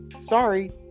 Sorry